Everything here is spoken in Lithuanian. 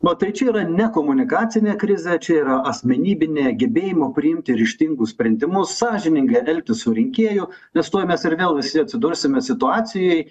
na tai trečia yra ne komunikacinė krizė čia yra asmenybinė gebėjimo priimti ryžtingus sprendimus sąžiningai elgtis su reikėju nes tuoj mes ir vėl visi atsidursime situacijo